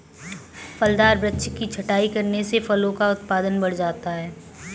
फलदार वृक्ष की छटाई करने से फलों का उत्पादन बढ़ जाता है